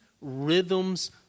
rhythms